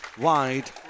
wide